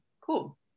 Cool